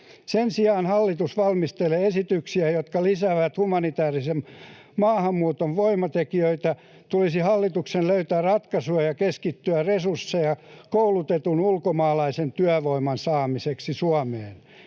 Sen sijaan, että hallitus valmistelee esityksiä, jotka lisäävät humanitäärisen maahanmuuton vetovoimatekijöitä, tulisi hallituksen löytää ratkaisuja ja keskittää resursseja koulutetun ulkomaalaisen työvoiman saamiseksi Suomeen.